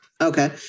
Okay